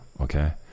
okay